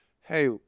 Hey